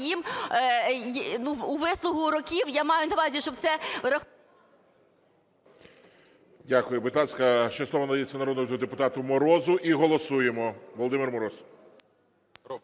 їм у вислугу років, я маю на увазі, щоб це… ГОЛОВУЮЧИЙ. Дякую. Будь ласка, ще слово надається народному депутату Морозу і голосуємо. Володимир Мороз.